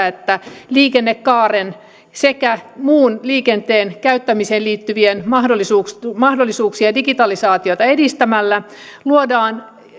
että liikennekaaren sekä muun liikenteen käyttämiseen liittyviä mahdollisuuksia mahdollisuuksia ja digitalisaatiota edistämällä luodaan